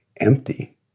empty